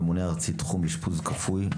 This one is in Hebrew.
ממונה ארצי תחום אשפוז כפוי,